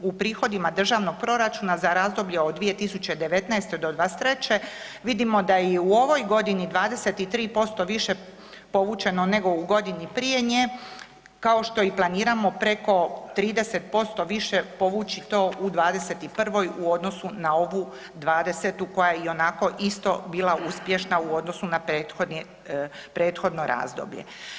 U prihodima državnog proračuna za razdoblje od 2019. do '23. vidimo da je i u ovoj godini 23% više povučeno nego u godini prije nje, kao što i planiramo preko 30% više povući to u '21. u odnosu na ovu '20. koja je ionako isto bila uspješna u odnosu na prethodni, prethodno razdoblje.